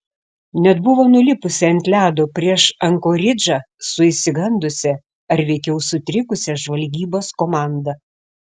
net buvo nulipusi ant ledo prieš ankoridžą su išsigandusia ar veikiau sutrikusia žvalgybos komanda